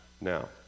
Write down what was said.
Now